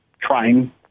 trying